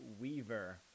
Weaver